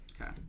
Okay